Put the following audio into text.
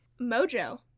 Mojo